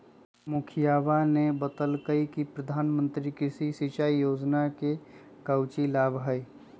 मुखिवा ने बतल कई कि प्रधानमंत्री कृषि सिंचाई योजना के काउची लाभ हई?